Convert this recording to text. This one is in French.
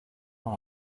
dans